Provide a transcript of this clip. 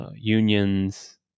unions